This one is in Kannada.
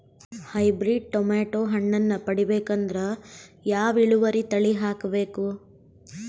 ಹೈಬ್ರಿಡ್ ಟೊಮೇಟೊ ಹಣ್ಣನ್ನ ಪಡಿಬೇಕಂದರ ಯಾವ ಇಳುವರಿ ತಳಿ ಹಾಕಬೇಕು?